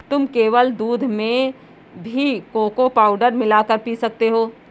तुम केवल दूध में भी कोको पाउडर मिला कर पी सकते हो